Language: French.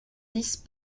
dix